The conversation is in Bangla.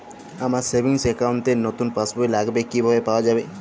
আমার সেভিংস অ্যাকাউন্ট র নতুন পাসবই লাগবে কিভাবে পাওয়া যাবে?